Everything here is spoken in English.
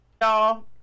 Y'all